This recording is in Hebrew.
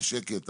בשקט.